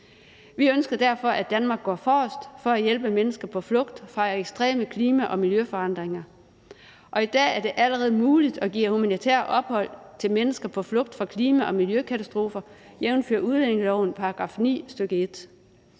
Vi ønsker derfor, at Danmark går forrest for at hjælpe mennesker på flugt fra ekstreme klima- og miljøforandringer. Og i dag er det allerede muligt at give humanitært ophold til mennesker på flugt fra klima- og miljøkatastrofer, jævnfør udlændingelovens § 9, stk. 1.